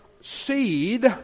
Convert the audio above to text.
seed